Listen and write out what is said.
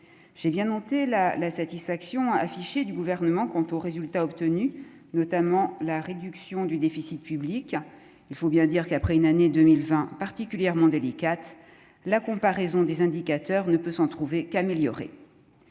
j'ai bien noté la la satisfaction affichée du gouvernement quant aux résultats obtenus, notamment la réduction du déficit public, il faut bien dire qu'après une année 2020 particulièrement délicate : la comparaison des indicateurs ne peut s'en trouver qu'améliorer